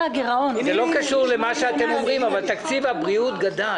לא קשור למה שאתם אומרים, אבל תקציב הבריאות גדל.